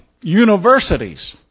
universities